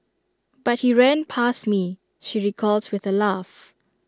but he ran past me she recalls with A laugh